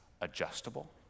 adjustable